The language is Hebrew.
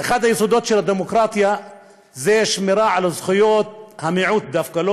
שאחד היסודות של הדמוקרטיה זה שמירה על זכויות המיעוט דווקא,